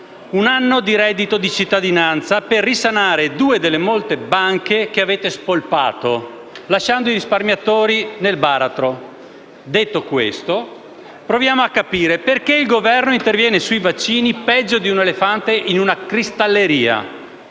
un anno di reddito di cittadinanza per risanare due delle molte banche che avete spolpato, lasciando i risparmiatori nel baratro. Detto questo, proviamo a capire perché il Governo interviene sui vaccini peggio di un elefante in una cristalleria.